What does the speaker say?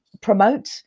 promote